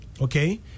Okay